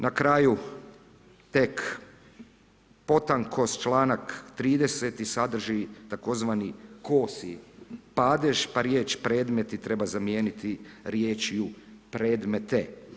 Na kraju tek potanko čl. 30. sadrži tzv. kosi padež, pa riječ predmeti treba zamijeniti riječju predmete.